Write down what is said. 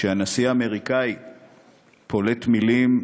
כשהנשיא האמריקני פולט מילים,